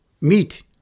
meat